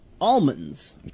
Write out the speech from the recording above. Almonds